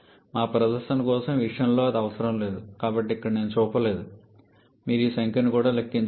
మా ప్రదర్శన కోసం మా విషయంలో అది అవసరం లేదు కాబట్టి నేను ఇక్కడ చూపలేదు కానీ మీకు ఈ సంఖ్యను కూడా లెక్కించవచ్చు